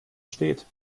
steht